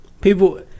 people